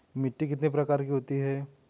मिट्टी कितने प्रकार की होती हैं?